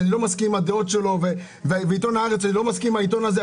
שאני לא מסכים עם הדעות שלו ואני לא מסכים עם הדעות של עיתון הארץ,